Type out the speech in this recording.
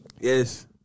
Yes